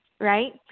right